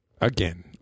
again